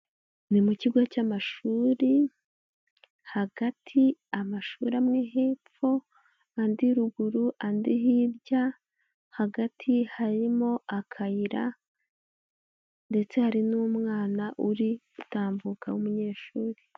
Ni mu kigo cy'amashuri hagati amashuri amwe hepfo, andi ruguru, andi hirya hagati harimo akayira ndetse hari n'umwana uri gutambuka w'umunyeshuri.